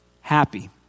happy